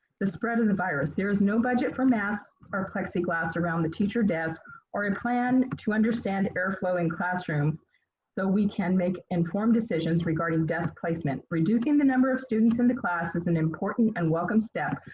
the spread of the virus, there is no budget for masks or plexiglass around the teacher desk or a plan to understand airflow in classrooms so we can make informed decisions regarding desk placement. reducing the number of students in the class is an important and welcome step,